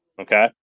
Okay